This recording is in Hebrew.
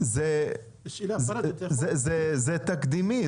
זה תקדימי.